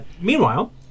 Meanwhile